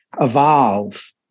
evolve